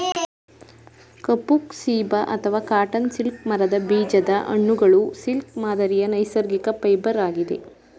ಕಫುಕ್ ceiba ಅಥವಾ cotton silk ಮರದ ಬೀಜದ ಹಣ್ಣುಗಳು ಸಿಲ್ಕ್ ಮಾದರಿಯ ನೈಸರ್ಗಿಕ ಫೈಬರ್ ಆಗಿದೆ